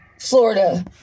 Florida